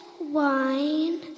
wine